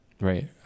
right